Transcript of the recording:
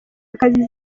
akazi